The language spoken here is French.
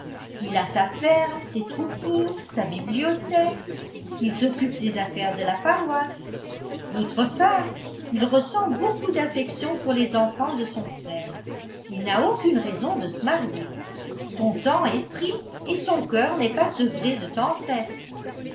il a sa ferme ses troupeaux sa bibliothèque il s'occupe des affaires de la paroisse d'autre part il ressent beaucoup d'affection pour les enfants de son frère il n'a aucune raison de se marier son temps est pris et son cœur n'est pas sevré de tendresse